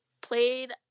played